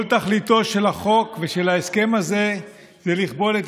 כל תכליתו של החוק ושל ההסכם הזה זה לכבול את